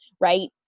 right